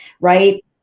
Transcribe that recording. right